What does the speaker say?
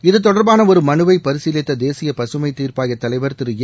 இத்தொடர்பான ஒரு மனுவை பரிசீலித்த தேசிய பசுமை தீர்ப்பாய தலைவர் திருஏ